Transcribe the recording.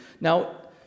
Now